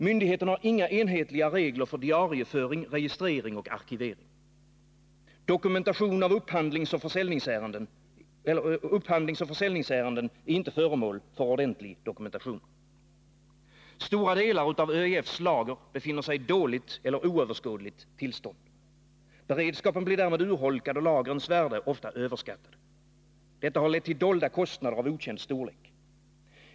Myndigheten har inga enhetliga regler för diarieföring, registrering och arkivering. Upphandlingsoch försäljningsärenden är inte föremål för ordentlig dokumentation. Stora delar av ÖEF:s lager befinner sig i dåligt eller oöverskådligt tillstånd. Beredskapen blir därmed urholkad och lagrens värde ofta överskattat. Detta har lett till dolda kostnader av okänd storlek.